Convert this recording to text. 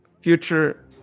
future